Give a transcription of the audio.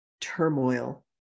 turmoil